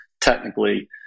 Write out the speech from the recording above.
technically